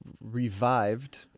revived